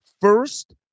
First